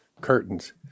curtains